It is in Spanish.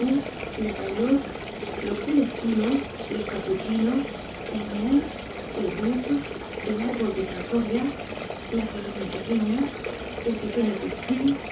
la galiote los celestinos los capuchinos el mail el bourbe el arbol de cracovia la polonia pequeña el pequeño